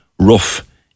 rough